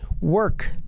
work